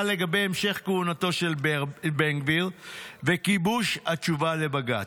לגבי המשך כהונתו של בן גביר וגיבוש התשובה לבג"ץ.